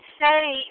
say